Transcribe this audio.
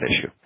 issue